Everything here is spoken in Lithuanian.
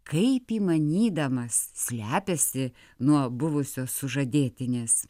kaip įmanydamas slepiasi nuo buvusios sužadėtinės